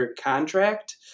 contract